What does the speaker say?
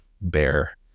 bear